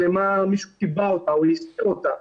מישהו כיבה את המצלמה או הסתיר אותה,